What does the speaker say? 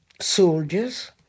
soldiers